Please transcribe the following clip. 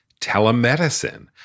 telemedicine